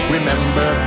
Remember